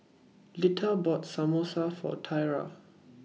Lita bought Samosa For Tiarra